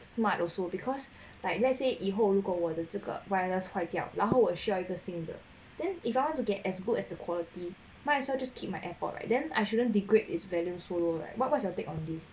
smart also because like let's say 以后我的这个 wireless 坏掉然后我需要一个新的 then if you want to get as good as the quality might as well just keep my airpod right then I shouldn't degrade its value so low right what's your take on this